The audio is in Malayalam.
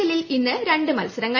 എല്ലിൽ ഇന്ന് രണ്ട് മത്സരങ്ങൾ